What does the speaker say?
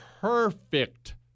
perfect